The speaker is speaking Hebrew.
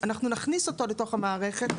אנחנו נכניס אותו לתוך המערכת,